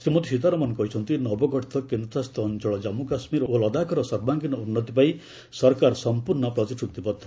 ଶ୍ରୀମତୀ ସୀତାରମଣ କହିଛନ୍ତି ନବଗଠିତ କେନ୍ଦ୍ରଶାସିତ ଅଞ୍ଚଳ ଜନ୍ମୁ କାଶ୍ମୀର ଓ ଲଦାଖ୍ର ସର୍ବାଙ୍ଗୀନ ଉନ୍ନତି ପାଇଁ ସରକାର ସମ୍ପର୍ଷ୍ଣ ପ୍ରତିଶ୍ରତିବଦ୍ଧ